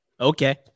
Okay